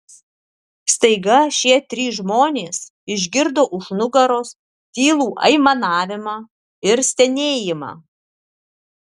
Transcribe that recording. staiga šie trys žmonės išgirdo už nugaros tylų aimanavimą ir stenėjimą